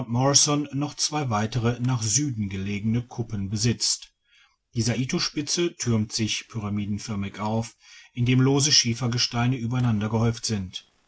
noch zwei weitere nach süden gelegene kuppen besitzt die saito spitze türmt sich pyramidenförmig auf indem lose schiefergesteine übereinandergehäuft sind